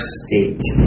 state